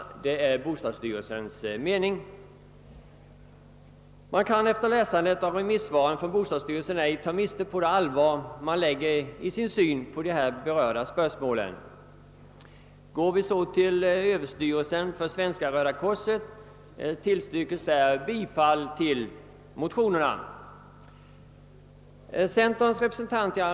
Vid läsandet av bostadsstyrelsens remissvar kan man inte ta miste på hur allvarligt bostadsstyrelsen ser på de berörda spörsmålen. Överstyrelsen för Svenska röda korset tillstyrker motionskraven.